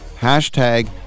Hashtag